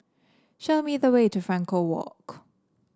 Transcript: show me the way to Frankel Walk